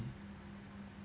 !ee!